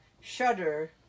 Shudder